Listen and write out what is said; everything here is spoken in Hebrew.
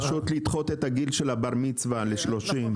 פשוט לדחות את הגיל של הבר מצווה ל-30.